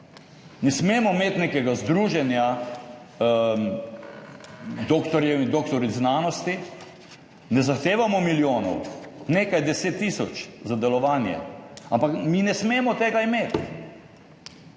Ne smemo imeti nekega združenja doktorjev in doktoric znanosti. Ne zahtevamo milijonov, nekaj deset tisoč za delovanje. Ampak mi ne smemo tega imeti!